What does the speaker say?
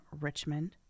Richmond